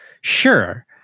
Sure